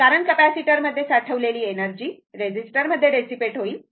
कारण कॅपेसिटरमध्ये साठलेली एनर्जी रेझिस्टरमध्ये डेसीपेट होईल